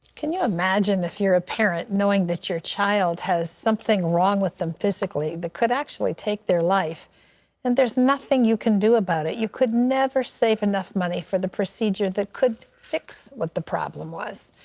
can you imagine if you're a parent knowing that your child has something wrong with him physically that could actually take their life and there's nothing we can do about it you could never save enough money for the procedure that could fix what the problem was.